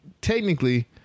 technically